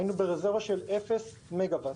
רזרבה של 0 מגה וואט.